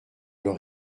leur